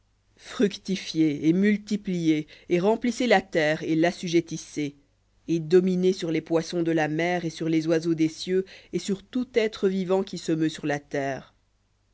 fructifiez et multipliez et remplissez la terre et l'assujettissez et dominez sur les poissons de la mer et sur les oiseaux des cieux et sur tout être vivant qui se meut sur la terre